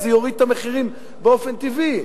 זה יוריד את המחירים באופן טבעי.